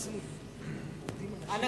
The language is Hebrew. הכנסת מסעוד גנאים.